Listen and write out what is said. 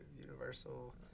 universal